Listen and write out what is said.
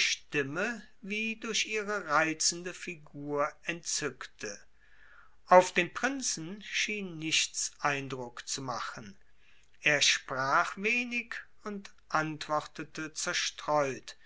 stimme wie durch ihre reizende figur entzückte auf den prinzen schien nichts eindruck zu machen er sprach wenig und antwortete zerstreut